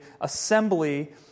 assembly